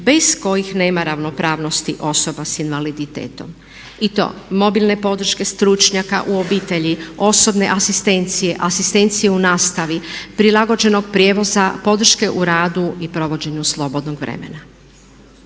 bez kojih nema ravnopravnosti osoba s invaliditetom. I to mobilne podrške stručnjaka u obitelji, osobne asistencije, asistencije u nastavi, prilagođenog prijevoza, podrške u radu i provođenju slobodnog vremena.